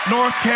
North